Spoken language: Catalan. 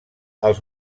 els